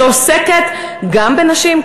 שעוסקת גם בנשים,